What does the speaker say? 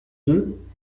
deux